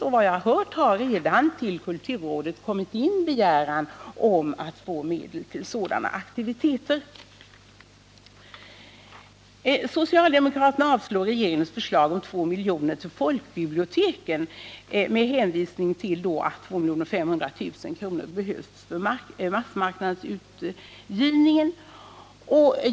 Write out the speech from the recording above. Enligt vad jag har hört har det redan till kulturrådet kommit in begäran om medel till sådana aktiviteter. Socialdemokraterna avstyrker regeringens förslag om 2 milj.kr. till folkbiblioteken, med hänvisning till att 2 500 000 kr. behövs för massmarknadsutgivningen.